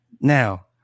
Now